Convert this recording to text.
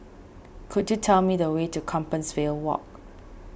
could you tell me the way to Compassvale Walk